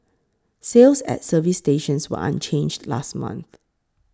sales at service stations were unchanged last month